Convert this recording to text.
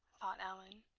thought allan.